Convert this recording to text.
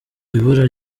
ibura